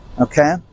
Okay